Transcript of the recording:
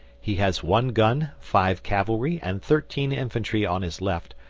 he has one gun, five cavalry, and thirteen infantry on his left,